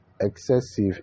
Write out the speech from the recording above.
excessive